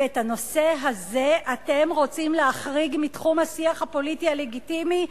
ואת הנושא הזה אתם רוצים להחריג מתחום השיח הפוליטי הלגיטימי?